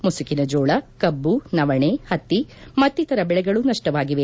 ಮುಸುಕಿನ ಜೋಳ ಕಬ್ಬು ನವಣೆ ಹತ್ತಿ ಮತ್ತಿತರ ಬೆಳೆಗಳು ನಪ್ಪವಾಗಿವೆ